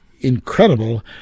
incredible